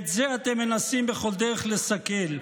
את זה אתם מנסים בכל דרך לסכל,